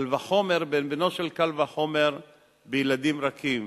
וקל וחומר בן בנו של קל וחומר בילדים רכים.